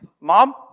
Mom